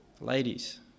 Ladies